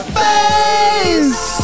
face